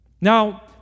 Now